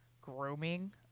grooming